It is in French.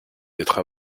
d’être